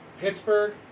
Pittsburgh